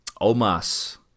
Omas